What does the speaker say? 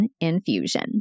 infusion